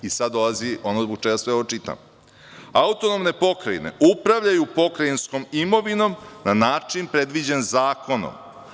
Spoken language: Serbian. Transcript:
Sada dolazi ono zbog čega sve ovo čitam – autonomne pokrajine upravljaju pokrajinskom imovinom na način predviđen zakonom.